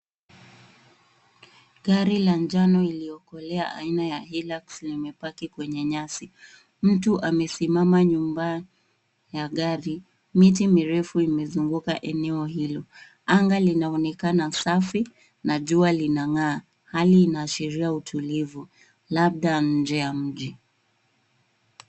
Gari la njano iliyokolea aina ya Hilux limepaki kwenye nyasi. Mtu amesimama nyuma ya gari. Miti mirefu imezunguka eneo hilo. Anga linaonekana safi na jua linang'aa. Hali inaashiria utulivu, labda nje ya mji.